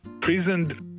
prisoned